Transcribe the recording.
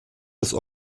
des